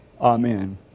Amen